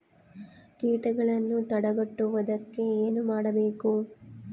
ಕೇಟಗಳನ್ನು ತಡೆಗಟ್ಟುವುದಕ್ಕೆ ಏನು ಮಾಡಬೇಕು?